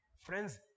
Friends